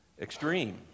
extreme